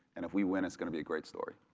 and if we win, it's going to be a great story.